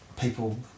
people